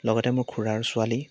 লগতে মোৰ খুৰাৰ ছোৱালী